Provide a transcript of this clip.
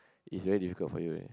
is very difficult for you